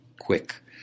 quick